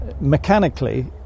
mechanically